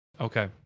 Okay